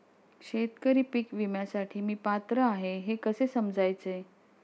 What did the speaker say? शेतकरी पीक विम्यासाठी मी पात्र आहे हे कसे समजायचे?